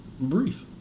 Brief